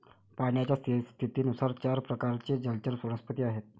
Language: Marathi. पाण्याच्या स्थितीनुसार चार प्रकारचे जलचर वनस्पती आहेत